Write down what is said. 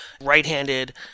right-handed